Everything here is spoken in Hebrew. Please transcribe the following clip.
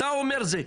למשל,